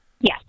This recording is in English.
Yes